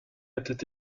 était